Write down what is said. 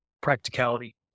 practicality